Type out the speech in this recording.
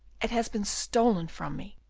it has been stolen from me!